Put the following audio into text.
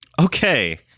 Okay